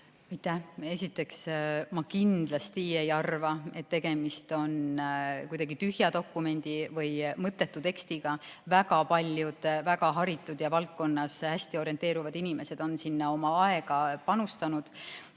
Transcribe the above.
Esiteks, ma kindlasti ei arva, et tegemist on kuidagi tühja dokumendi või mõttetu tekstiga. Väga paljud väga haritud ja valdkonnas hästi orienteeruvad inimesed on sinna oma aega panustanud.